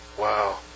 Wow